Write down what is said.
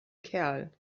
kerl